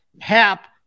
Hap